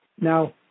Now